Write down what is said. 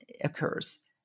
occurs